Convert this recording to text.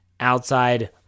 outside